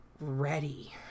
ready